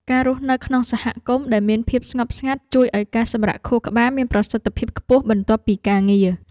ការរស់នៅក្នុងសហគមន៍ដែលមានភាពស្ងប់ស្ងាត់ជួយឱ្យការសម្រាកខួរក្បាលមានប្រសិទ្ធភាពខ្ពស់បន្ទាប់ពីការងារ។